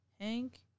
Hank